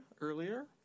earlier